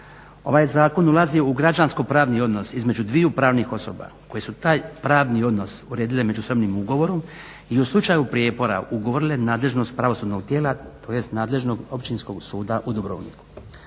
Ovaj zakon ulazi u građansko pravni odnos između dviju pravnih osoba koji su taj pravni odnos uredile međusobnim ugovorom i u slučaju prijepora ugovorile nadležnost pravosudnog tijela tj. nadležnog Općinskog suda u Dubrovniku.